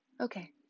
okay